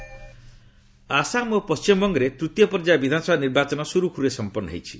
election Assam ଓ ପଶ୍ଚିମବଙ୍ଗରେ ତୂତୀୟ ପର୍ଯ୍ୟାୟ ବିଧାନସଭା ନିର୍ବାଚନ ସୁରୁଖୁରୁରେ ସମ୍ପନ୍ନ ହୋଇଛି